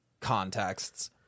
contexts